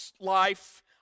life